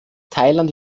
thailand